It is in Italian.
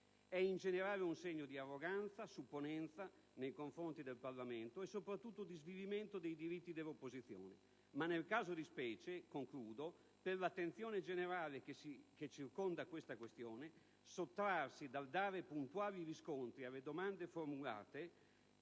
È, in generale, un segno di arroganza e di supponenza nei confronti del Parlamento e, soprattutto, di svilimento dei diritti dell'opposizione. Nel caso di specie, però, per l'attenzione generale che circonda questa questione, sottrarsi dal dare puntuali riscontri alle domande formulate